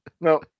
No